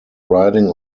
riding